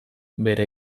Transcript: bera